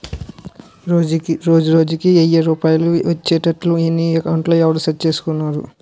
రోజుకి ఎయ్యి రూపాయలే ఒచ్చేట్లు నీ అకౌంట్లో ఎవరూ సెట్ సేసిసేరురా